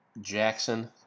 Jackson